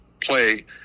play